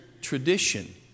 Tradition